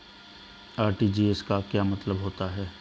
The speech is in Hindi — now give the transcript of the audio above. आर.टी.जी.एस का क्या मतलब होता है?